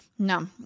No